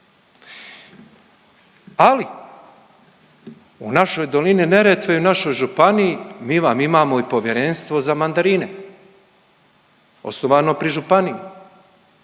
Ali, u našoj dolini Neretve i našoj županiji mi vam imamo i Povjerenstvo za mandarine, osnovano pri županiji.